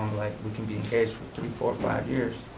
like we can be engaged for three, four, five years,